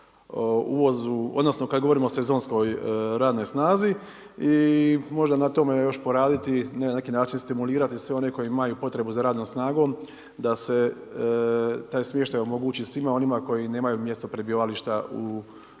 Hrvatskoj kada govorimo o sezonskoj radnoj snazi možda na tome još poraditi na neki način stimulirati sve one koji imaju potrebu za radnom snagom da se taj smještaj omogući svima onima koji nemaju mjesto prebivališta i